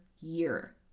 year